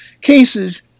cases